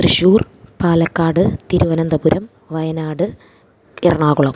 Thrissur Palakkad Thiruvananthapuram Wayanad Ernakulam